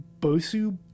Bosu